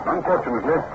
Unfortunately